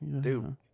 dude